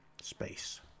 space